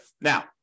Now